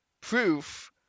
proof